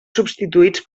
substituïts